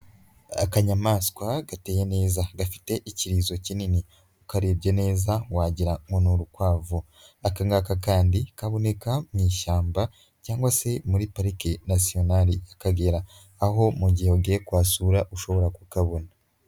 Akanyamaswa gateye neza gafite ikirizo kinini. Ukarebye neza wagira ngo ni urukwavu. Aka ngaka kandi kaboneka mu ishyamba cyangwa se muri parike nasiyonari y'Akagera. Aho mu gihe ugiye kuhasura ushobora kukabona.